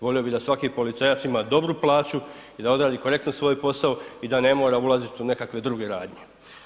Volio bih da svaki policajac ima dobru plaću i da odradi korektno svoj posao i da ne mora ulaziti u nekakve druge radnje.